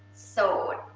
so,